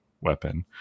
Weapon